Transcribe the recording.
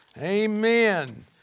Amen